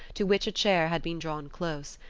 to which a chair had been drawn close.